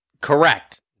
Correct